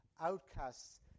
outcasts